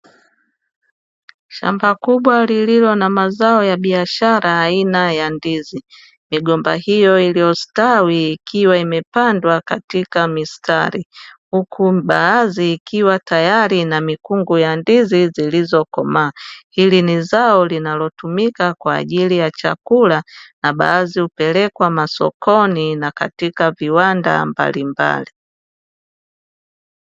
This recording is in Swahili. Shamba kubwa lililo na mazao ya biashara aina ya ndizi, migomba hiyo iliyostawi ikiwa imepandwa katika mistari, huku baadhi ikiwa tayali inamikungu ya ndizi zilizokomaa, hili ni zao linalotumika kwaajili ya chakula na baadhi hupelekwa masokoni na katika viwanda mbalimbali.